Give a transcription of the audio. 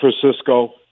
Francisco